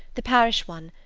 the parish one,